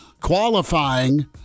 qualifying